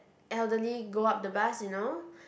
elderly go up the bus you know